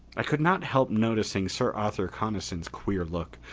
i could not help noticing sir arthur coniston's queer look,